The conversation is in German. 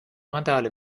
randale